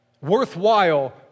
Worthwhile